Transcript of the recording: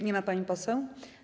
Nie ma pani poseł.